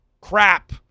crap